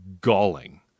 galling